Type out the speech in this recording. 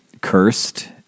cursed